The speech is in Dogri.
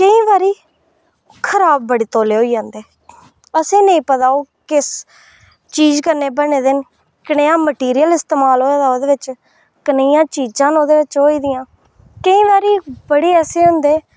केईं बारी खराब बड़े तौले होई जंदे असेंगी नेईं पता ओह् किस चीज़ कन्नै बने दे न कनेहा मैटीरियल इस्तेमाल होए दा उंदे बिच कनेहियां चीज़ां ओह्दे बिच होई दियां केईं बारी बड़े ऐसे होंदे